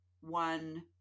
one